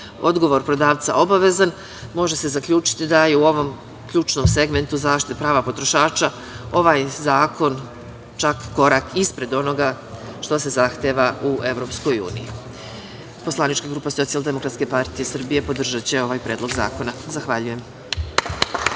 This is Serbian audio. odgovor prodavca obavezan, može se zaključiti da je u ovom ključnom segmentu zaštita prava potrošača ovaj zakon čak korak ispred onoga što se zahteva u EU.Poslanička grupa SDPS podržaće ovaj predlog zakona. Zahvaljujem.